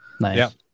Nice